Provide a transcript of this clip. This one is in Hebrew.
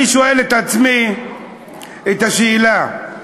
אני שואל את עצמי את השאלה,